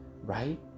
right